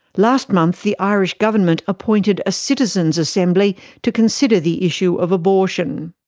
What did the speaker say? last month, the irish government appointed a citizen's assembly to consider the issue of abortion.